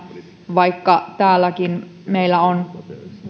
vaikka täällä meillä on